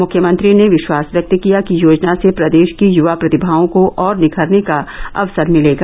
मुख्यमंत्री ने विश्वास व्यक्त किया कि योजना से प्रदेश की युवा प्रतिभाओं को और निखरने का अवसर मिलेगा